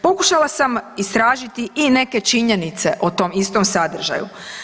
Pokušala sam istražiti i neke činjenice o tom istom sadržaju.